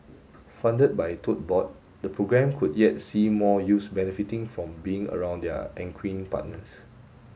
funded by Tote Board the programme could yet see more youths benefiting from being around their equine partners